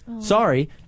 Sorry